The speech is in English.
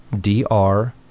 dr